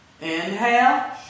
inhale